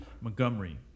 Montgomery